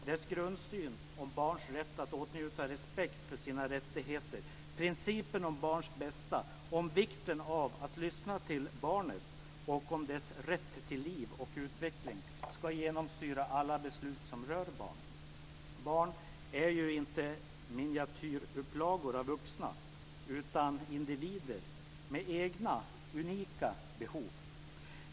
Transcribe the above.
Dess grundsyn om barns rätt att åtnjuta respekt för sina rättigheter, principen om barns bästa, om vikten av att lyssna till barnet och om dess rätt till liv och utveckling ska genomsyra alla beslut som rör barn. Barn är ju inte miniatyrupplagor av vuxna, utan individer med egna unika behov.